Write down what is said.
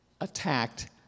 Attacked